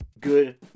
good